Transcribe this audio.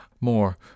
More